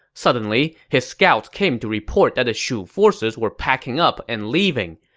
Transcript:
suddenly, his scouts came to report that the shu forces were packing up and leaving.